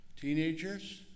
teenagers